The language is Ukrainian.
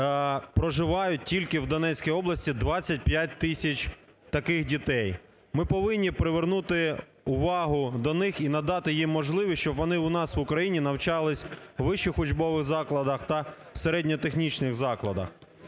проживають тільки в Донецькій області 25 тисяч таких дітей. Ми повинні привернути увагу до них і надати їм можливість, щоб вони у нас в Україні навчалися у вищих учбових закладах та середньотехнічних закладах.